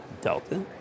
Delta